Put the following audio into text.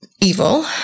evil